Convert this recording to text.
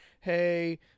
Hey